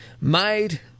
made